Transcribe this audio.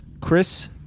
Chris